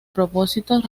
propósitos